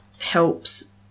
helps